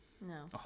No